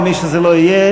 או מי שזה לא יהיה,